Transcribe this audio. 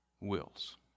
wills